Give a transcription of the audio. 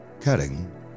cutting